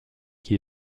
qui